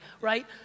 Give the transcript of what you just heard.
right